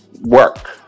work